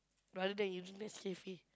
rather than you drink Nescafe